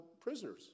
prisoners